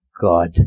God